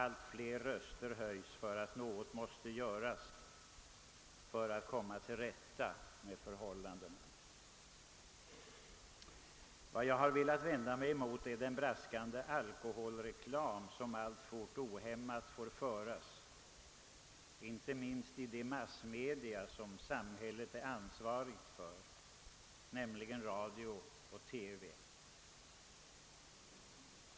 Allt flera röster höjs för att något måste göras för att komma till rätta med dem. Vad jag velat vända mig mot är den braskande alkoholreklam som alltfort ohämmat får föras inte minst i de massmedia, som samhället är ansvarigt för, nämligen radio och TV.